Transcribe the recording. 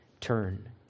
turn